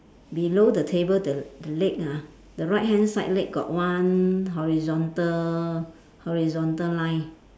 below the table the the leg ah the right hand side leg got one horizontal horizontal line